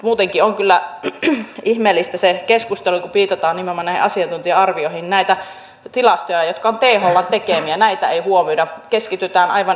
muutenkin on kyllä ihmeellistä se keskustelu kun viitataan nimenomaan näihin asiantuntija arvioihin ja näitä tilastoja jotka ovat thln tekemiä ei huomioida keskitytään aivan yksittäistapauksiin